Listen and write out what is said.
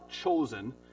chosen